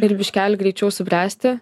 ir biškelį greičiau subręsti